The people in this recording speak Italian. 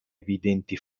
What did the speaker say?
evidenti